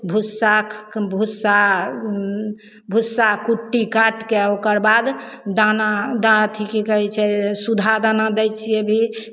भुस्सा भुस्सा भुस्सा कुट्टी काटि कऽ ओकर बाद दाना दा अथिके की कहै छै सुधा दाना दै छियै भी